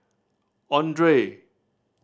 Andre